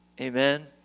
Amen